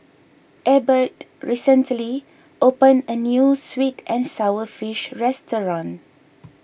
Ebert recently opened a New Sweet and Sour Fish restaurant